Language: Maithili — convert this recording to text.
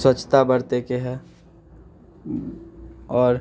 स्वच्छता बरतैके हइ आओर